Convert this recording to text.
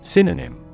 Synonym